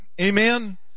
Amen